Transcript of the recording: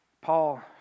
Paul